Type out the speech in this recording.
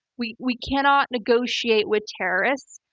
we we cannot negotiate with terrorists.